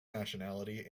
nationality